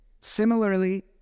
Similarly